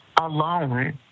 alone